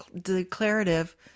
declarative